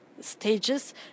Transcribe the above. stages